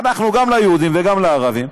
אנחנו גם ליהודים וגם לערבים,